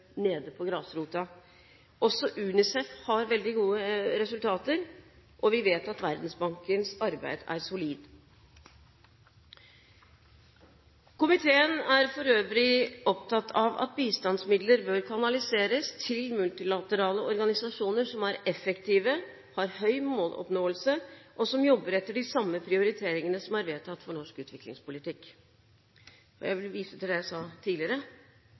nede på grasrota. Også UNICEF har veldig gode resultater, og vi vet at Verdensbankens arbeid er solid. Komiteen er for øvrig opptatt av at bistandsmidler bør kanaliseres til multilaterale organisasjoner som er effektive, har høy måloppnåelse, og som jobber etter de samme prioriteringene som er vedtatt for norsk utviklingspolitikk. Jeg vil vise til det jeg sa tidligere,